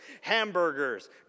hamburgers